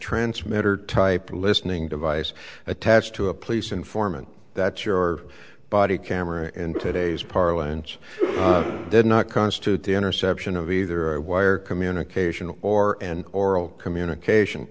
transmitter type listening device attached to a police informant that your body camera in today's parlance did not constitute the interception of either a wire communication or and oral communication